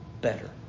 better